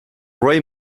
rey